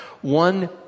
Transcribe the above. one